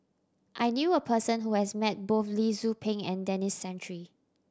I knew a person who has met both Lee Tzu Pheng and Denis Santry